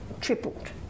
tripled